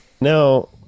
Now